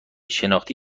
شناختی